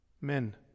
Men